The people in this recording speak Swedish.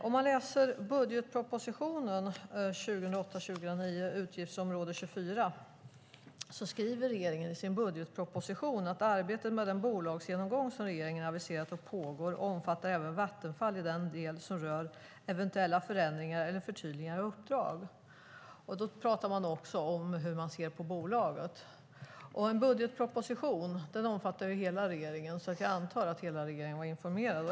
I budgetpropositionen 2008/09, utgiftsområde 24, skriver regeringen att arbetet med den bolagsgenomgång som regeringen aviserat och som pågår omfattar även Vattenfall i den del som rör eventuella förändringar eller förtydligande av uppdrag. Då talar man också om hur man ser på bolaget. En budgetproposition omfattar ju hela regeringen, så jag antar att hela regeringen var informerad.